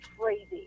crazy